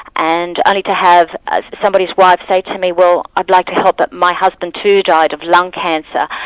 and like to have ah somebody's wife say to me, well i'd like to help but my husband too died of lung cancer.